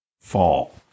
fall